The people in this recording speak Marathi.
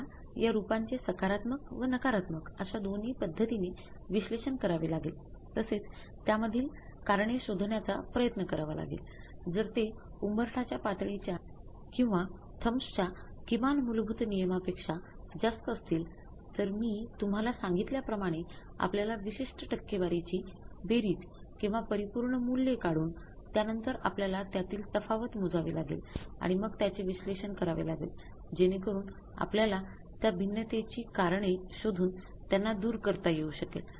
आपल्याला या रूपांचे सकारत्मक व नकारात्मक अश्या दोन्ही पद्धतीने विश्लेषण करावे लागेल तसेच त्यामागील करणे शोधण्याचा प्रयत्न कराव लागेल जर ते उंबरठाच्या पातळीच्या किंवा थम्बच्या किमान मूलभूत नियमापेक्षा जास्त असतील तर मी तुम्हला सांगितल्याप्रमाणे आपल्याला विशिष्ट टक्केवारीची बेरीज किंवा परिपूर्ण मूल्ये काढून त्यांनतर आपल्यला त्यातील तफावत मोजावी लागेल आणि मग त्याचे विश्लेषण करावे लागेल जेणेकरून आपल्याला त्या भिन्नतेची कारणे शोधून त्यांना दूर करता येऊ शकेल